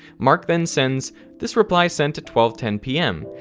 mark then sends this reply sent at twelve ten pm,